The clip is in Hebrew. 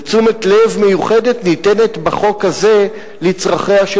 תשומת לב מיוחדת ניתנת בחוק הזה לצרכיה של